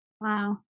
Wow